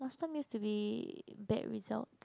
last time used to be bad results